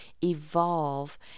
evolve